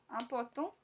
importante